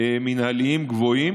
מינהליים גבוהים.